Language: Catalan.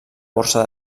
borsa